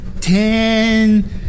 ten